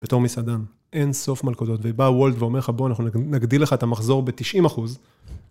בתור מסעדן, אין סוף מלכודות. ובא וולד ואומר לך, בוא, אנחנו נגדיל לך את המחזור ב-90%.